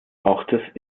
ortes